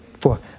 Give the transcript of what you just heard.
four